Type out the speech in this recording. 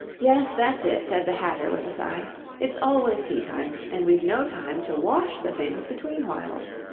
yes, that's it said the hatter with a sigh it's always tea-time, and we've no time to wash the things between whiles